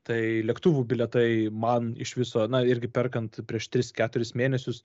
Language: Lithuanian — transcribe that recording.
tai lėktuvų bilietai man iš viso na irgi perkant prieš tris keturis mėnesius